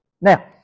Now